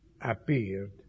Appeared